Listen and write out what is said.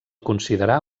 considerar